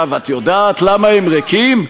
את יודעת למה הם ריקים?